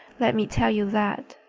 let me tell you that!